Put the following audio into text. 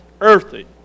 earthy